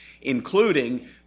including